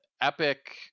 epic